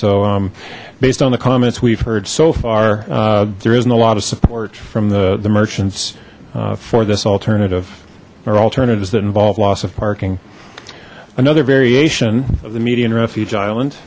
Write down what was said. so um based on the comments we've heard so far there isn't a lot of support from the the merchants for this alternative or alternatives that involve loss of parking another variation of the median refuge island